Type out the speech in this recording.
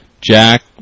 Jack